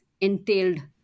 entailed